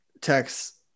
text